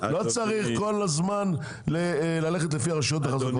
לא צריך כל הזמן ללכת לפי הרשויות החזקות.